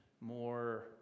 more